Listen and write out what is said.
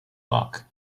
luck